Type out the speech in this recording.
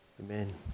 Amen